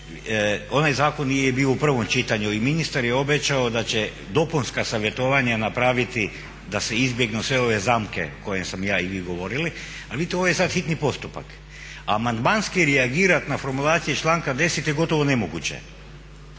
Onaj zakon nije bio u prvom čitanju i ministar je obećao da će dopunska savjetovanja napraviti da se izbjegnu sve ove zamke o kojima smo i ja i vi govorili. Ali vidite ovo je sada hitni postupak. Amandmanski reagirati na formulacije članka 10.je gotovo nemoguće.